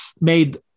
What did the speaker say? made